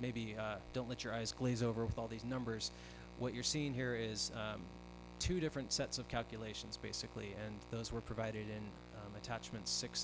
maybe don't let your eyes glaze over with all these numbers what you're seeing here is two different sets of calculations basically and those were provided in attachment six